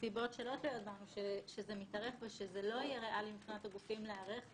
הרשימות שמדובר עליהן הוגדרו בסעיף 1 - רשימה של ארגונים